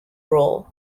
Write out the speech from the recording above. role